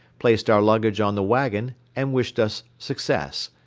placed our luggage on the wagon and wished us success.